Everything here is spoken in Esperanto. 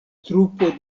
trupo